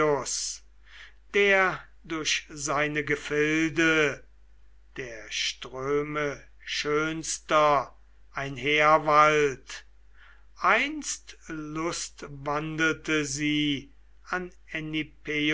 der durch seine gefilde der ströme schönster einherwallt einst lustwandelte sie an